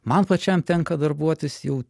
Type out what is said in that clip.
man pačiam tenka darbuotis jau